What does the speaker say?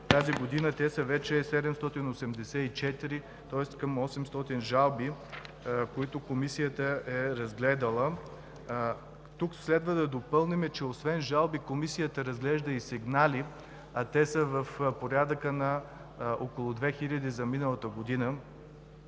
тази година те са вече 784, тоест към 800 жалби, които Комисията е разгледала. Тук следва да допълним, че освен жалби Комисията разглежда и сигнали. Те са в порядъка на около 2000 за миналата година.